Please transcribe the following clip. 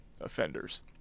offenders